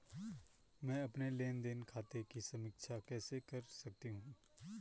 मैं अपने लेन देन खाते की समीक्षा कैसे कर सकती हूं?